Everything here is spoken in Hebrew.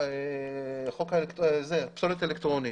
חוק פסולת אלקטרונית.